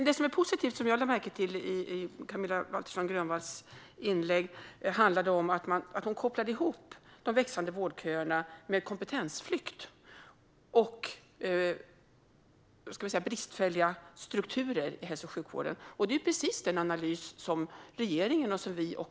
Det som dock var positivt i Camilla Waltersson Grönvalls inlägg var att hon kopplade ihop de växande vårdköerna med kompetensflykt och bristfälliga strukturer i hälso och sjukvården. Det är precis den analys som även regeringen och vi gör.